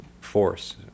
force